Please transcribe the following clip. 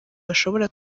bashobora